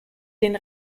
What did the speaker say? den